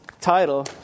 title